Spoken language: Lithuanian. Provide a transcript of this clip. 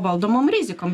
valdomom rizikom